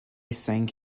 sank